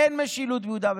אין משילות ביהודה ושומרון.